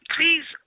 Please